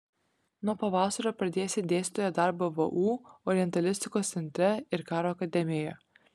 nuo pavasario pradėsi dėstytojo darbą vu orientalistikos centre ir karo akademijoje